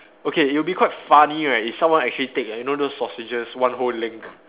okay it will be quite funny right if someone actually take like you know those sausages one whole link